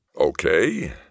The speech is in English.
Okay